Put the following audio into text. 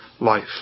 life